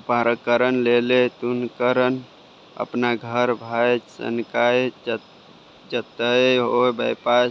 उदहारणक लेल हुनकर अपन घर भए सकैए जतय ओ व्यवसाय